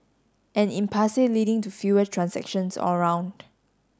an impasse leading to fewer transactions all round